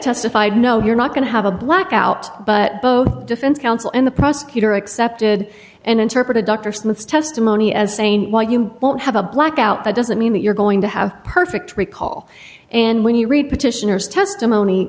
testified no you're not going to have a blackout but both defense counsel and the prosecutor accepted and interpreted dr smith's testimony as saying well you don't have a blackout that doesn't mean that you're going to have perfect recall and when you read petitioners testimony